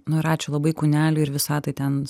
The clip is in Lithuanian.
nu ir ačiū labai kūneliui ir visatai ten